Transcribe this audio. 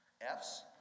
F's